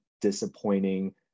disappointing